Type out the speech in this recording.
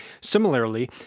Similarly